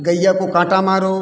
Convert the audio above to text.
गैया को काँटा मारो